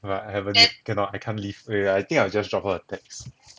but I haven't cannot I can't leave wait wait wait I think I'll just drop her a text